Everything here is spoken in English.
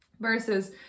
Versus